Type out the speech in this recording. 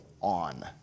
on